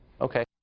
Okay